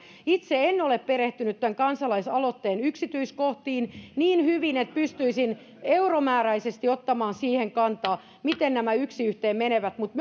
itse en ole perehtynyt tämän kansalaisaloitteen yksityiskohtiin niin hyvin että pystyisin euromääräisesti ottamaan siihen kantaa miten nämä yksi yhteen menevät mutta